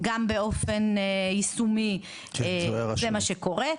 אני חושבת שגם באופן יישומי זה מה שקורה,